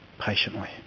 patiently